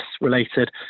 related